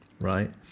Right